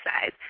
size